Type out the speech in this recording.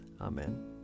Amen